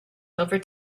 over